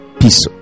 peace